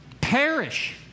perish